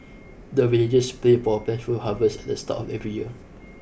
the villagers play for plentiful harvest at the start of every year